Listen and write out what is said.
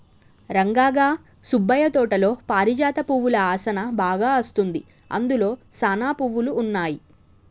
రంగా గా సుబ్బయ్య తోటలో పారిజాత పువ్వుల ఆసనా బాగా అస్తుంది, అందులో సానా పువ్వులు ఉన్నాయి